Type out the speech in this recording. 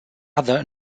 other